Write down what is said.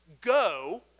go